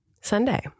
Sunday